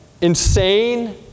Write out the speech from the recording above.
insane